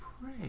pray